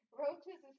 roaches